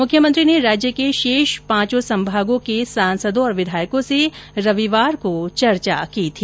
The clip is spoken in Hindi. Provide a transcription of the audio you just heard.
मुख्यमंत्री ने राज्य के शेष पांचों संभागों के सांसदों और विधायकों से रविवार को चर्चा की थी